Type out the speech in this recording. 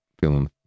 feeling